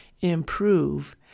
improve